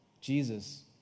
Jesus